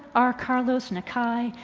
r. carlos nakai,